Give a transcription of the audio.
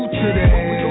today